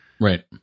Right